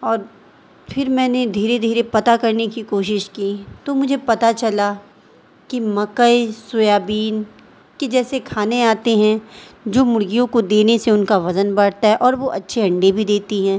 اور پھر میں نے دھیرے دھیرے پتا کرنے کی کوشش کی تو مجھے پتا چلا کہ مکئی سویابین کے جیسے کھانے آتے ہیں جو مرغیوں کو دینے سے ان کا وزن بڑھتا ہے اور وہ اچھے انڈے بھی دیتی ہیں